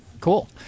cool